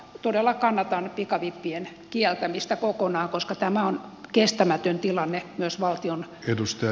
todella kannatan pikavippien kieltämistä kokonaan koska tämä on kestämätön tilanne myös valtion kannalta